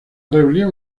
rebelión